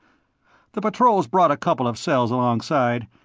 the patrols brought a couple of cells alongside,